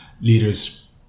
leaders